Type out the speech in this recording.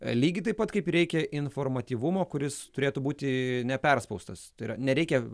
lygiai taip pat kaip ir reikia informatyvumo kuris turėtų būti neperspaustas tai yra nereikia